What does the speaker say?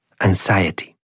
anxiety